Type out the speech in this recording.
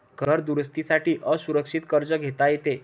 घर दुरुस्ती साठी असुरक्षित कर्ज घेता येते